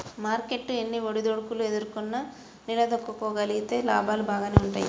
market ఎన్ని ఒడిదుడుకులు ఎదుర్కొన్నా నిలదొక్కుకోగలిగితే లాభాలు బాగానే వుంటయ్యి